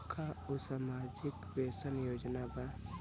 का उ सामाजिक पेंशन योजना बा?